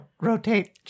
rotate